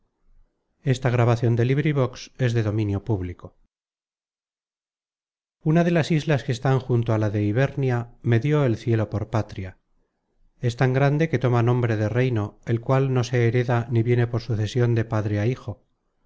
una de las islas que están junto a la de ibernia me dió el cielo por patria es tan grande que toma nombre de reino el cual no se hereda ni viene por sucesion de padre a hijo